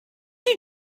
you